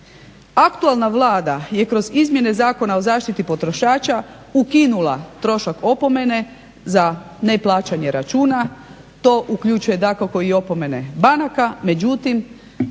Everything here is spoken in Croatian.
Aktualna Vlada je kroz izmjene Zakona o zaštiti potrošača ukinula trošak opomene za neplaćanje računa, to uključuje dakako i opomene banaka, međutim